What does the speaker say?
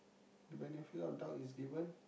the benefit of doubt is given